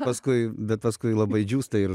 paskui bet paskui labai džiūsta ir